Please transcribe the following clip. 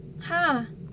!huh!